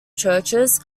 churches